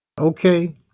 Okay